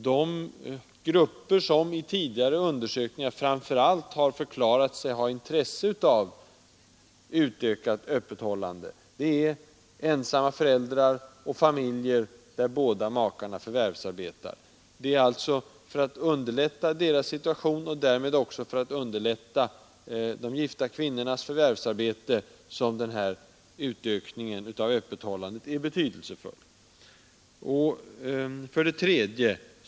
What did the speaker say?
De grupper som i tidigare undersökningar framför allt har förklarat sig ha intresse av utökat öppethållande är ensamma föräldrar och familjer där båda makarna förvärvsarbetar. Det är alltså för att underlätta deras situation och därmed också för att underlätta de gifta kvinnornas förvärvsarbete som denna utökning av öppethållandet är betydelsefull. 3.